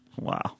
wow